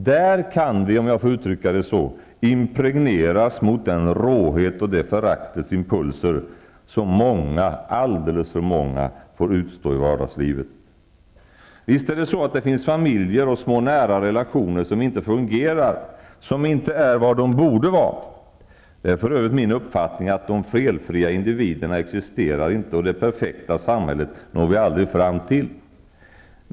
Där kan vi -- om jag får uttrycka det så -- impregnera oss mot den råhet och de föraktets impulser som många, alltför många, får utstå i vardagslivet. Visst finns det familjer och små nära relationer som inte fungerar, som inte är vad de borde vara. Det är för övrigt min uppfattning att de felfria individerna inte existerar och att vi aldrig når fram till det perfekta samhället.